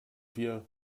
wir